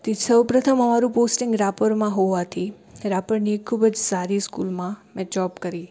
સૌપ્રથમ અમારું પોસ્ટિંગ રાપરમાં હોવાથી રાપરની એક ખૂબ જ સારી સ્કૂલમાં મેં જૉબ કરી